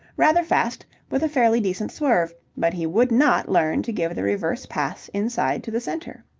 rather fast, with a fairly decent swerve. but he would not learn to give the reverse pass inside to the centre.